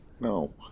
no